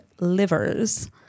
livers